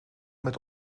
met